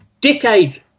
decades